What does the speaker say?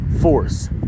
force